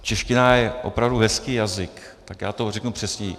Čeština je opravdu hezký jazyk, tak já to řeknu přesněji.